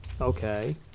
Okay